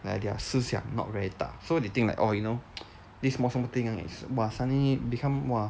like their 思想 not very 大 so they think like orh you know this thing is !wah! suddenly become !wah!